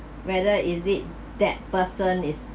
whether is it that person is